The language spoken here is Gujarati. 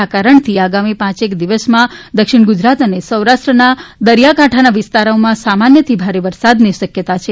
આ કારણથી આગામી પાંચેક દિવસમાં દક્ષિણ ગુજરાત અને સૌરાષ્ટ્રના દરિયાકાંઠાના વિસ્તારોમાં સામાન્યથી ભારે વરસાદની શક્યતા છે